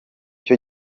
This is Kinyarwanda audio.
cyo